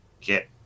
get